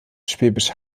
schwäbisch